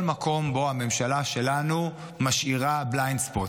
מקום שבו הממשלה שלנו משאירה Blind Spots.